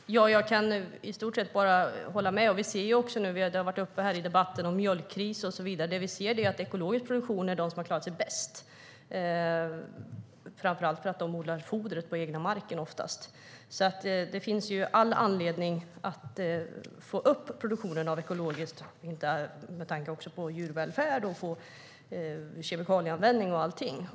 Herr talman! Jag kan i stort sett bara hålla med. Mjölkkrisen och så vidare har varit uppe i debatten. Vi ser att ekologisk produktion har klarat sig bäst, framför allt för att man oftast odlar foder på den egna marken. Det finns all anledning att få upp produktionen av ekologiskt, också med tanke på djurvälfärd, kemikalieanvändning och allt.